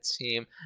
team